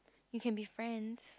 you can be friends